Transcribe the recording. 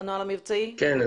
כן.